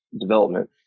development